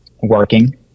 working